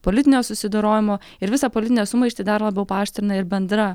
politinio susidorojimo ir visą politinę sumaištį dar labiau paaštrina ir bendra